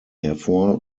hervor